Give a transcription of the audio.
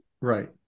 right